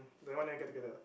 then why never get together